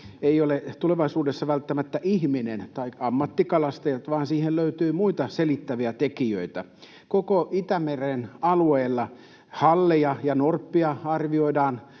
ei ole tulevaisuudessa välttämättä ihminen tai ammattikalastajat, vaan siihen löytyy muita selittäviä tekijöitä. Koko Itämeren alueella halleja ja norppia arvioidaan